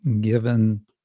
given